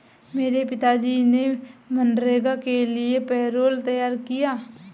मेरे पिताजी ने मनरेगा के लिए पैरोल तैयार किया